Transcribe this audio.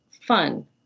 fun